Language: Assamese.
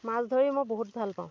মাছ ধৰি মই বহুত ভাল পাওঁ